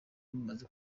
mumaze